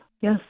Yes